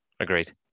Agreed